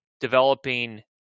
developing